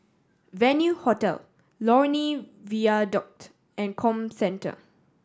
Venue Hotel Lornie Viaduct and Comcentre